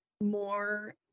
more